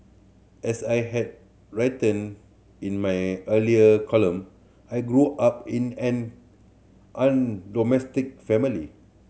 as I had written in my earlier column I grew up in an family